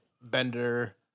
Bender